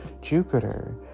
Jupiter